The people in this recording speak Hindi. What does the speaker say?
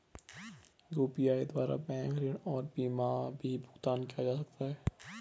यु.पी.आई द्वारा बैंक ऋण और बीमा का भी भुगतान किया जा सकता है?